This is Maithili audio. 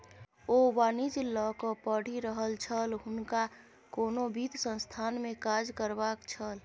ओ वाणिज्य लकए पढ़ि रहल छल हुनका कोनो वित्त संस्थानमे काज करबाक छल